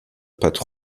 pattes